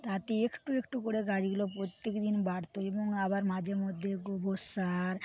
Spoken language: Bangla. তাতে একটু একটু করে গাছগুলো প্রত্যেকদিন বাড়ত এবং আবার মাঝেমধ্যে গোবর সার